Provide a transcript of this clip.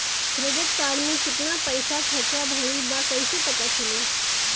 Credit card के कितना पइसा खर्चा भईल बा कैसे पता चली?